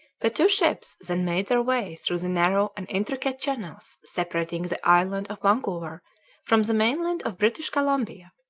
the two ships then made their way through the narrow and intricate channels separating the island of vancouver from the mainland of british columbia,